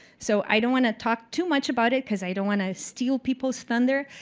so i don't want to talk too much about it, because i don't want to steal people's thunder,